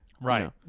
Right